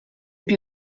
più